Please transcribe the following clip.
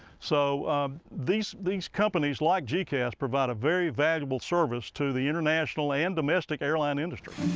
so these these companies like gecas provide a very valuable service to the international and domestic airline industry.